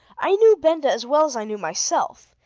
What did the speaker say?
i knew benda as well as i knew myself,